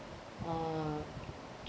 uh